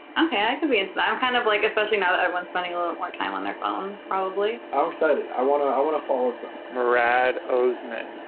okay. i could be into that. i'm kind of like, especially now that everyone's spending a little more time on their phones probably. i'm excited. i wanna i wanna follow some. muradosmann. oh,